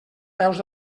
peus